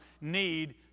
need